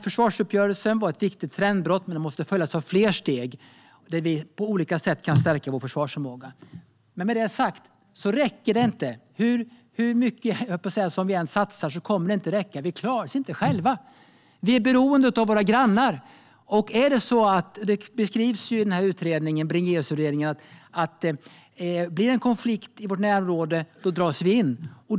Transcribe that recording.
Försvarsuppgörelsen var ett viktigt trendbrott, men den måste följas av fler steg så att vi på olika sätt kan stärka vår försvarsförmåga. Men med det sagt räcker det inte. Hur mycket vi än satsar kommer det inte att räcka. Vi klarar oss inte själva. Vi är beroende av våra grannar. Det skrivs i Bringéus utredning att om det blir en konflikt i vårt närområde dras vi in.